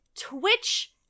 twitch